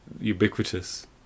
ubiquitous